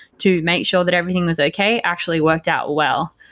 to make sure that everything was okay, actually worked out well.